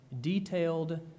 detailed